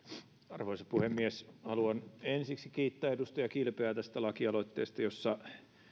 arvoisa puhemies haluan ensiksi kiittää edustaja kilpeä tästä lakialoitteesta jossa